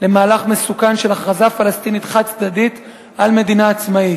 למהלך מסוכן של הכרזה פלסטינית חד-צדדית על מדינה עצמאית.